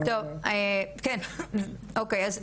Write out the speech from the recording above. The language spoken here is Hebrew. טוב אוקיי, אז